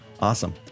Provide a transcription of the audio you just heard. Awesome